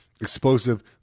explosive